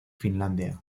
finlandia